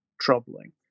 troubling